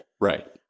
Right